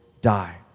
die